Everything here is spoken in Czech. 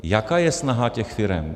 Jaká je snaha těch firem?